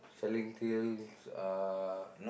selling things uh